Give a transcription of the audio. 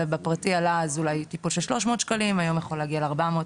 בפרטי עלה אז אולי טיפול של 300 שקלים היום יכול להגיע ל-400,